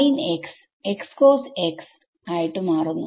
sign x x cos xആയിട്ട് മാറുന്നു